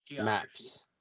maps